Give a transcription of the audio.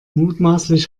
mutmaßlich